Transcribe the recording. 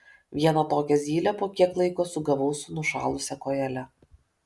vieną tokią zylę po kiek laiko sugavau su nušalusia kojele